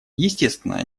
естественно